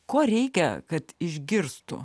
ko reikia kad išgirstų